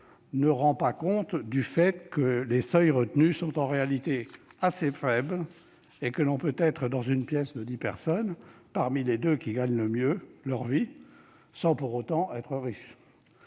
ne rend pas compte du fait que les seuils retenus sont en réalité assez faibles et que l'on peut être, dans une pièce comptant dix personnes, parmi les deux qui gagnent le mieux leur vie sans pour autant être riche.